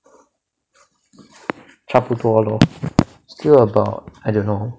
差不多 lor still about I don't know